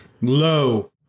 Lo